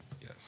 Yes